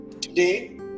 Today